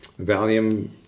Valium